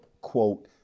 quote